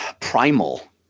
primal